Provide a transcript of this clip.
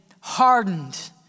hardened